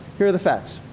here are the fats.